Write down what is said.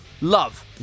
love